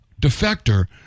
defector